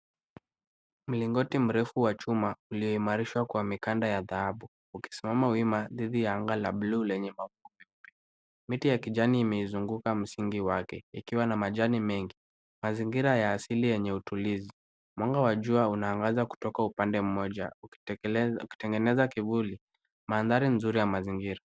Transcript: Mlingoti mrefu wa chuma ulioimarishwa kwa mikanda ya dhahabu ukisimama wima dhidi ya anga la bluu lenye mawingu meupe. Miti ya kijani imeizunguka msingi wake ikiwa na majani mengi. Mazingira ya asili yenye utulizi mwanga wa jua unaangaza kutoka upande mmoja ukitengeneza kivuli mandhari mzuri ya mazingira.